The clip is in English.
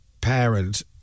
parent